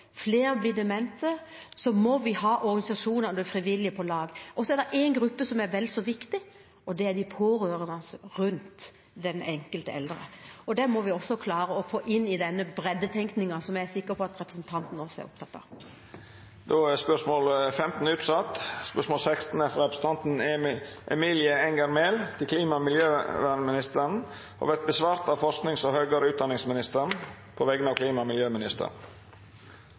blir demente, må vi ha organisasjonene og de frivillige med på laget. Det er én gruppe som er vel så viktig, og det er de pårørende rundt den enkelte eldre. Det må vi også klare å få inn i denne breddetenkningen som jeg er sikker på at representanten også er opptatt av. Dette spørsmålet må utsettes til neste spørretime, da statsråden er bortreist. Dette spørsmålet, frå representanten Emilie Enger Mehl til klima- og miljøministeren, vil verta svara på av forskings- og høgare utdanningsministeren på vegner av klima- og miljøministeren.